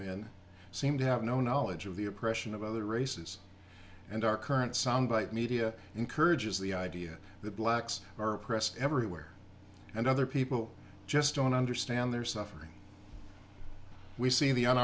men seem to have no knowledge of the oppression of other races and our current sound bite media encourages the idea that blacks are oppressed everywhere and other people just don't understand their suffering we see the